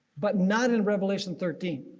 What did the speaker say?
but not in revelation thirteen.